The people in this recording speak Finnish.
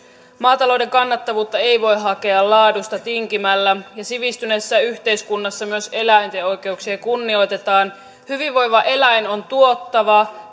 maatalouden kannattavuutta ei voi hakea laadusta tinkimällä ja sivistyneessä yhteiskunnassa myös eläinten oikeuksia kunnioitetaan hyvinvoiva eläin on tuottava